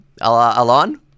Alon